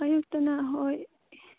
ꯑꯌꯨꯛꯇꯅ ꯍꯣꯏ